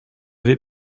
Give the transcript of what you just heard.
vais